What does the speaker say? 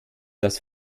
das